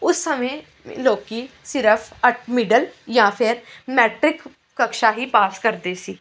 ਉਸ ਸਮੇਂ ਲੋਕ ਸਿਰਫ਼ ਅੱਠ ਮਿਡਲ ਜਾਂ ਫਿਰ ਮੈਟ੍ਰਿਕ ਕਕਸ਼ਾ ਹੀ ਪਾਸ ਕਰਦੇ ਸੀ